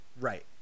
Right